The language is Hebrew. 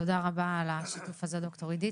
תודה רבה על השיתוף הזה, ד"ר אידית.